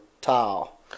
tile